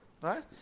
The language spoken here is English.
right